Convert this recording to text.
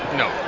no